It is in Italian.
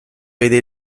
vede